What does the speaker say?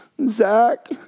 Zach